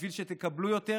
בשביל שתקבלו יותר,